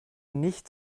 nicht